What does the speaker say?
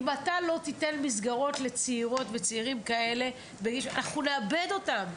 אם אתה לא תיתן מסגרות לצעירות וצעירים כאלה אנחנו נאבד אותם.